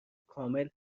کامل